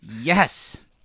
Yes